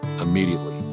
immediately